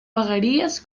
vegueries